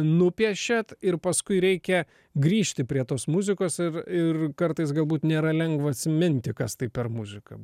nupiešiate ir paskui reikia grįžti prie tos muzikos ir ir kartais galbūt nėra lengva atsiminti kas tai per muzika